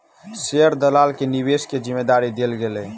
share दलाल के निवेश के जिम्मेदारी देल गेलै